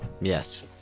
Yes